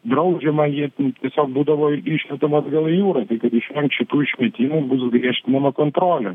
draudžiama ji tiesiog būdavo išmetama atgal į jūrą tai kad ji ant šitų išmetimų bus griežtinama kontrolė